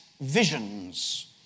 visions